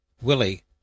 Willie